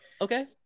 okay